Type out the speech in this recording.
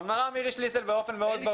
אמרה מירי שליסל באופן מאוד ברור,